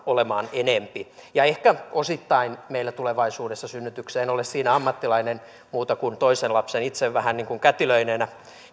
olemaan enempi ehkä osittain meillä tulevaisuudessa synnytyksiä en ole siinä ammattilainen muuta kuin toisen lapsen itse vähän niin kuin kätilöineenä